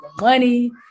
money